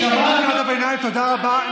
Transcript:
שמעתי את קריאות הביניים, תודה רבה.